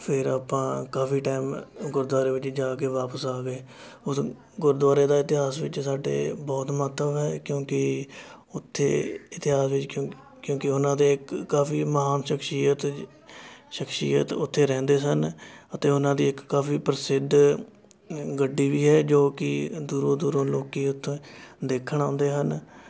ਫਿਰ ਆਪਾਂ ਕਾਫੀ ਟਾਈਮ ਗੁਰਦੁਆਰੇ ਵਿੱਚ ਜਾ ਕੇ ਵਾਪਸ ਆ ਗਏ ਉਸ ਗੁਰਦੁਆਰੇ ਦਾ ਇਤਿਹਾਸ ਵਿੱਚ ਸਾਡੇ ਬਹੁਤ ਮਹੱਤਵ ਹੈ ਕਿਉਂਕਿ ਉੱਥੇ ਇਤਿਹਾਸ ਵਿੱਚ ਕਿਉਂਕਿ ਉਹਨਾਂ ਦੇ ਕਾਫੀ ਮਹਾਨ ਸ਼ਖਸ਼ੀਅਤ ਸ਼ਖਸ਼ੀਅਤ ਉੱਥੇ ਰਹਿੰਦੇ ਸਨ ਅਤੇ ਉਹਨਾਂ ਦੀ ਇੱਕ ਕਾਫੀ ਪ੍ਰਸਿੱਧ ਗੱਡੀ ਵੀ ਹੈ ਜੋ ਕਿ ਦੂਰੋਂ ਦੂਰੋਂ ਲੋਕੀ ਉੱਥੇ ਦੇਖਣ ਆਉਂਦੇ ਹਨ